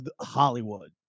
Hollywood